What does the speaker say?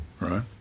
Right